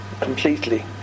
completely